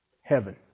heaven